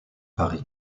paris